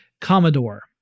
Commodore